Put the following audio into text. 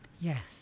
Yes